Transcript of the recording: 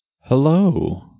Hello